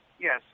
Yes